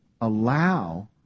Allow